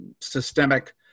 systemic